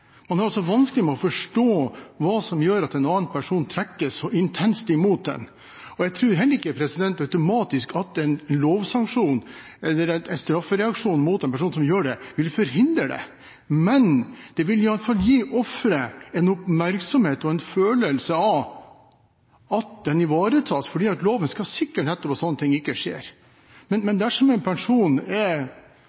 Man har vanskeligheter med å forstå hva som gjør at en annen person trekkes så intenst mot en. Jeg tror heller ikke automatisk at en lovsanksjon eller en straffereaksjon mot en person som gjør det, vil forhindre det, men det vil gi iallfall gi offeret en oppmerksomhet og en følelse av at en ivaretas, fordi loven nettopp skal sikre at sånne ting ikke skjer.